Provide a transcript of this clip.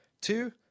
Two